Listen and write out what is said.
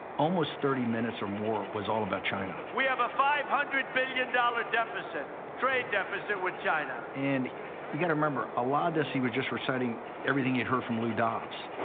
almost thirty minutes or more was all about china. we have a five hundred billion dollars deficit, trade deficit with china. and you've got to remember, a lot of this he was just reciting everything he'd heard from lou dobbs.